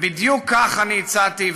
ובדיוק כך אני הצעתי,